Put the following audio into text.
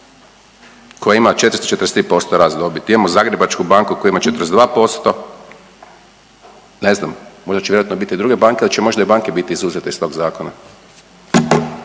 koji ima 44,3% rast dobiti, imamo Zagrebačku banku koja ima 42%. Ne znam možda će vjerojatno biti i druge banke, ali će možda i banke biti izuzete iz tog zakona.